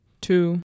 two